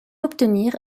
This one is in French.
obtenir